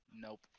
Nope